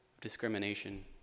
discrimination